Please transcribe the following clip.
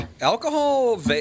Alcohol